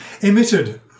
Emitted